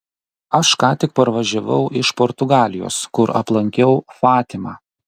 aš ką tik parvažiavau iš portugalijos kur aplankiau fatimą